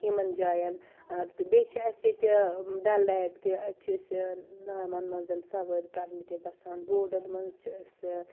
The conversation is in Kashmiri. یِمَن جایَن تہٕ بیٚیہِ چھِ اَسہِ ییٚتہِ ڈَل لیک تہِ اَتہِ چھِ أسہِ ناوَن منٛز سَوٲرۍ کرنہِ تہِ گژھان بوڈَن منٛز چھِ أسہِ